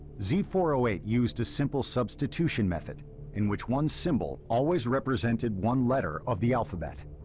z four zero eight used a simple substitution method in which one symbol always represented one letter of the alphabet.